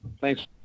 Thanks